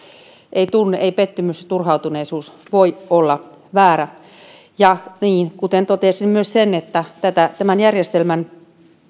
ei tunne ei pettymys ei turhautuneisuus voi olla väärä ja totesin myös sen että tämän järjestelmän